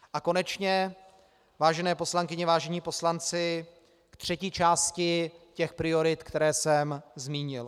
A konečně, vážené poslankyně, vážení poslanci, k třetí části priorit, které jsem zmínil.